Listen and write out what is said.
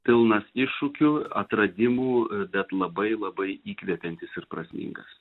pilnas iššūkių atradimų bet labai labai įkvepiantis ir prasmingas